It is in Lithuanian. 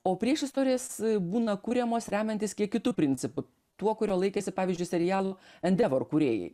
o priešistorės būna kuriamos remiantis kiek kitu principu tuo kurio laikėsi pavyzdžiui serialų endever kūrėjai